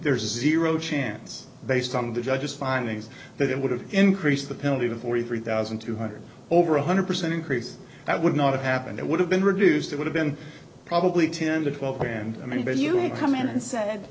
there's a zero chance based on the judge's findings that it would have increased the penalty to forty three thousand two hundred over one hundred percent increase that would not have happened it would have been reduced it would have been probably ten to twelve and i mean bill you know come in and sa